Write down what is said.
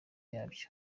yabyo